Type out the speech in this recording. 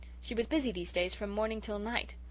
she was busy these days from morning till night.